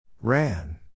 Ran